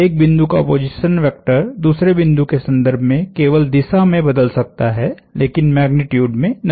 एक बिंदु का पोजीशन वेक्टर दूसरे बिंदु के संदर्भ में केवल दिशा में बदल सकता है लेकिन मैग्नीट्यूड में नहीं